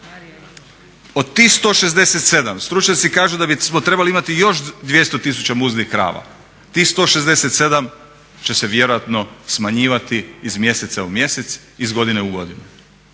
Od tih 167 stručnjaci kažu da bismo trebali imati još 200 tisuća muznih krava. Tih 167 će se vjerojatno smanjivati iz mjeseca u mjesec, iz godine u godinu